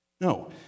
No